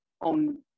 on